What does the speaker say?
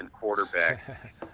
quarterback